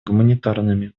гуманитарными